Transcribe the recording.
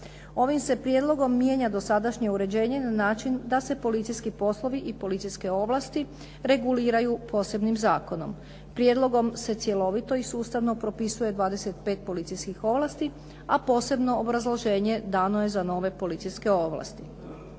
Ovim se prijedlogom mijenja dosadašnje uređenje na način da se policijski poslovi i policijske ovlasti reguliraju posebnim zakonom. Prijedlogom se cjelovito i sustavno propisuje 25 policijskih ovlasti, a posebno obrazloženje dano je za nove policijske ovlasti.